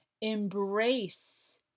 embrace